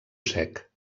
sec